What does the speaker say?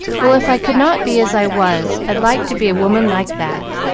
well, if i could not be as i was, i'd like to be a woman like that.